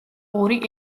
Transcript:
ორი